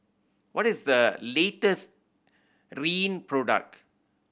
what is the latest Rene product